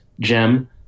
gem